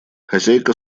хозяйка